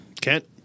Kent